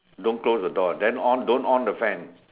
don't close the door then on don't on the fan